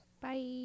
Bye